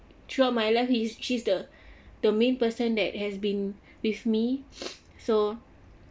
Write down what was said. throughout my life he's she's the the main person that has been with me so